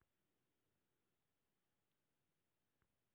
आलू के कोन बीज अच्छा उपज दे छे?